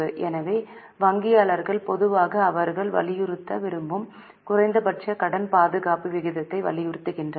எனவே வங்கியாளர்கள் பொதுவாக அவர்கள் வலியுறுத்த விரும்பும் குறைந்தபட்ச கடன் பாதுகாப்பு விகிதத்தை வலியுறுத்துகின்றனர்